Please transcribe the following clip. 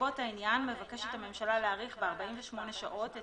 בנסיבות העניין מבקשת הממשלה להאריך ב-48 שעות את